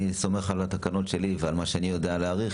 אני סומך על התקנון שלי ועל מה שאני יודע להעריך.